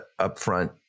upfront